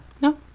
No